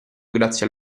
grazie